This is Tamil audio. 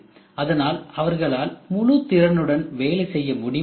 அதனால் அவர்களால் முழு திறனுடனும் வேலை செய்ய முடிவதில்லை